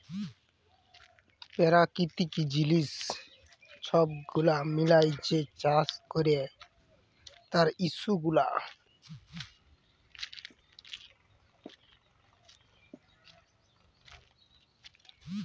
পেরাকিতিক জিলিস ছব গুলা মিলাঁয় যে চাষ ক্যরে তার ইস্যু গুলা